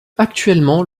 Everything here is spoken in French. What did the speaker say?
actuellement